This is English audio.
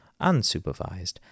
unsupervised